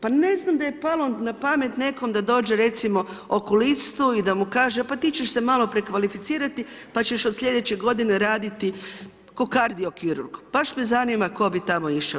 Pa ne znam da je palo na pamet nekom da dođe recimo okulistu i da mu kaže pa ti ćeš se malo prekvalificirati pa ćeš od sljedeće godine raditi kao kardiokirurg, baš me zanima tko bi tamo išao?